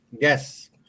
Yes